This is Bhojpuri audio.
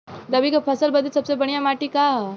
रबी क फसल बदे सबसे बढ़िया माटी का ह?